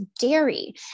dairy